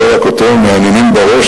ולא רק אותו, מהנהנים בראש.